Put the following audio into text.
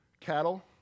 cattle